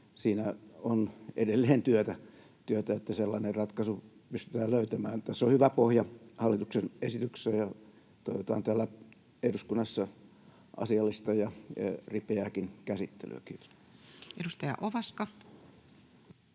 Siinä on edelleen työtä, että sellainen ratkaisu pystytään löytämään. Tässä on hyvä pohja hallituksen esitykseen, ja toivotaan täällä eduskunnassa asiallista ja ripeääkin käsittelyä. — Kiitos. [Speech 35]